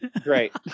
great